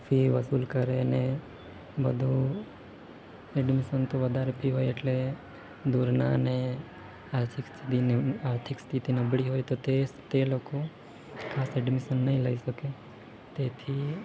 fee વસૂલ કરેને બધું એડમિશનથી વધારે ફી હોય એટલે દૂરનાને આર્થિક સ્તિતિ આર્થિક સ્થિતિ નબળી હોય તો તે લોકો ખાસ એડમિશન નહીં લઈ શકે તેથી